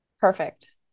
Perfect